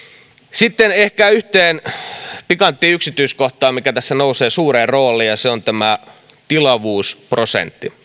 sitten ehkä yhteen pikanttiin yksityiskohtaan mikä tässä nousee suureen rooliin ja se on tämä tilavuusprosentti